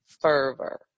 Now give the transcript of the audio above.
fervor